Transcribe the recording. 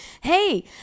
Hey